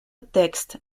texte